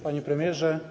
Panie Premierze!